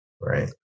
right